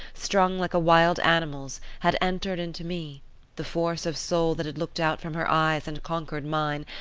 strung like a wild animal's, had entered into me the force of soul that had looked out from her eyes and conquered mine,